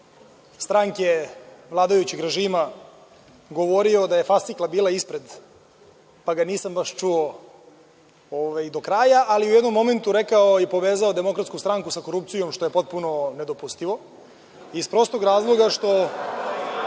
stranke vladajućeg režima govorio fascikla bila ispred, pa ga nisam baš čuo do kraja, ali je u jednom momentu rekao i povezao Demokratsku stranku sa korupcijom, što je potpuno nedopustivo iz prostog razloga što